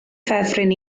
ffefryn